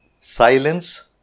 silence